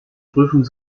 prüfung